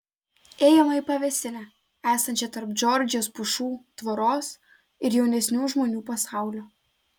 ėjome į pavėsinę esančią tarp džordžijos pušų tvoros ir jaunesnių žmonių pasaulio